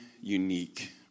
unique